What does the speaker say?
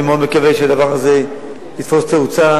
אני מקווה מאוד שהדבר הזה יתפוס תאוצה.